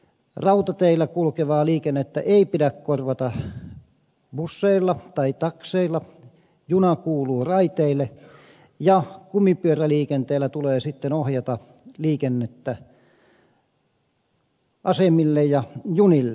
rautateillä kulkevaa liikennettä ei pidä korvata busseilla tai takseilla juna kuuluu raiteille ja kumipyöräliikenteellä tulee sitten ohjata liikennettä asemille ja junille